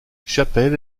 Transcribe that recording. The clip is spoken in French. chapelle